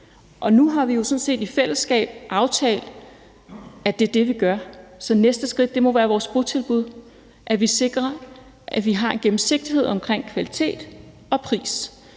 Nu har vi sådan set i fællesskab aftalt, at det er det, vi gør, så næste skridt må være vores botilbud, altså at vi sikrer, at vi har en gennemsigtighed omkring kvalitet og pris.